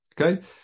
Okay